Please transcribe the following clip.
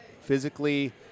physically